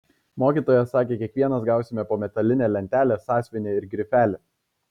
mokytoja sakė kiekvienas gausime po metalinę lentelę sąsiuvinį ir grifelį